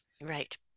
right